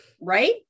right